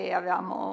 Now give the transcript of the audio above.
avevamo